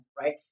right